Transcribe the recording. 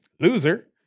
Loser